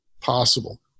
possible